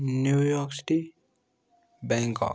New York city Bangkok